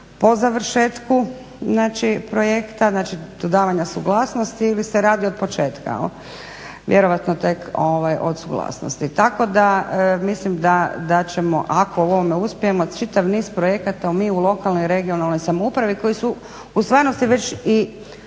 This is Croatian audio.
po završetku, znači projekta, znači dodavanja suglasnosti ili se radi od početka. Vjerojatno tek od suglasnosti. Tako da, mislim da ćemo ako u ovome uspijemo čitav niz projekata mi u lokalnoj i regionalnoj samoupravi koji su u stvarnosti već i